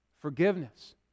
Forgiveness